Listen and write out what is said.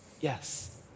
yes